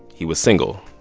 he was single.